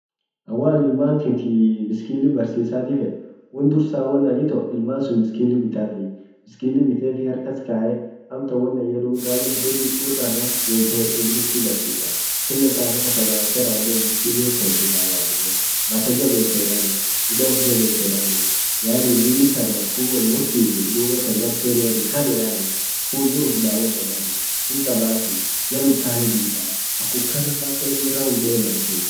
an waanin ilman tinti biskilli barsisati fed won dursa won an ito ilmansun biskili bitafii, biskilli bitefi hark kas kae amtan wonan yedun ralle fudedi ur arra jebite sibarsisaa kila safo kasa base rawode biskilir tesisa mata jabes edani lilla uf jabes edani yaani mil kanaf kun wolmursisi dub gar cheniatin had edanii ful dur uf dawwod edanii hinkabafii jal utale diba akkum kanan paka raund dee baretuu